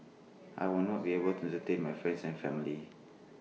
I will not be able to entertain my friends and family